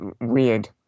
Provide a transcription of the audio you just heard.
weird